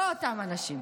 לא אותם אנשים.